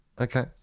Okay